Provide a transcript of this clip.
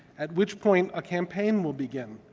at which point a campaign will begin,